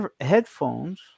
headphones